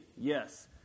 Yes